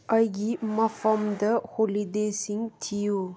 ꯑꯩꯒꯤ ꯃꯐꯝꯗ ꯍꯣꯂꯤꯗꯦꯁꯤꯡ ꯊꯤꯌꯨ